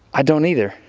i don't either.